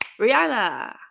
rihanna